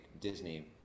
Disney